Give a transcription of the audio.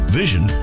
vision